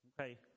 Okay